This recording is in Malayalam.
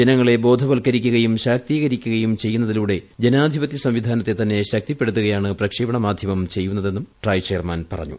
ജനങ്ങളെ ബോധവത്ക്കരിക്കുകയും ശാക്തീകരിക്കുകയും ചെയ്യുന്നതിലൂടെ ജനാധിപത്യ സംവിധാനത്തെ തന്നെ ശക്തിപ്പെടുത്തുകയും പ്രക്ഷേപണ മാധ്യമം ചെയ്യുന്നുണ്ടെന്ന് ട്രായ് ചെയർമാൻ പറഞ്ഞു